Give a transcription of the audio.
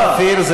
חברת הכנסת שפיר,